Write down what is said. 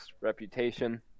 reputation